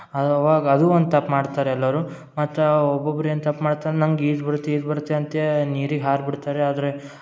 ಆವಾಗ ಅದು ಒಂದು ತಪ್ಪು ಮಾಡ್ತಾರೆ ಎಲ್ಲಾರು ಮತ್ತು ಒಬೊಬ್ರು ಏನು ತಪ್ಪು ಮಾಡ್ತಾರಂದರೆ ನಂಗೆ ಈಜು ಬರುತ್ತೆ ಈಜು ಬರುತ್ತೆ ಅಂತ ನೀರಿಗೆ ಹಾರಿಬಿಡ್ತಾರೆ ಆದರೆ